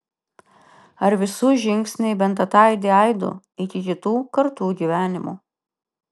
ar visų žingsniai bent ataidi aidu iki kitų kartų gyvenimų